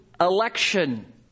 election